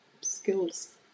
skills